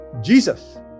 Jesus